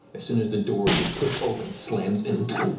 as soon as the door, you push, open slams in,